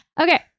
Okay